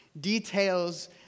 Details